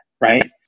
right